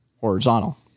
horizontal